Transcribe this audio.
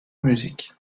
music